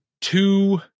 two